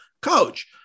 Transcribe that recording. coach